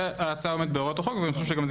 שההצעה עומדת בהוראות החוק ואני חושב שזה